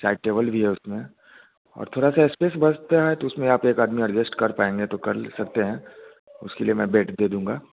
side table भी है उसमें और थोड़ा सा स्पेस बढ़ता है तो उसमें आप एक आदमी एडजस्ट कर पाएँगे तो कल सकते हैं उसके लिए मैं बेड दे दूँगा